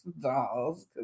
dolls